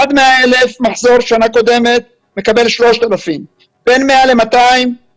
עד 100,000 מחזור שנה קודמת מקבל 3,000. בין 100,000 ל-200,000